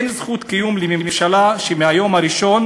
אין זכות קיום לממשלה שמהיום הראשון